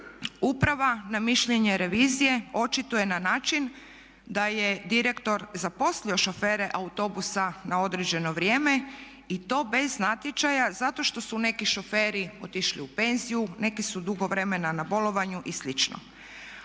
uprava na mišljenje revizije očituje na način da je direktor zaposlio šofere autobusa na određeno vrijeme i to bez natječaja zato što su neki šoferi otišli u penziju, neki su dugo vremena na bolovanju i